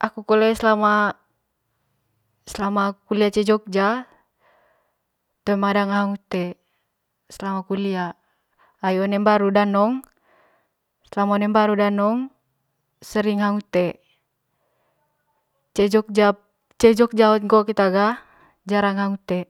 aku kole selama selama kulia cee jogja toema danga hang ute selama kulia ai one mbaru danong selama one baru danong sering hang ute cee jogja ce jogja hot ngoo keta ga jarang hang ute.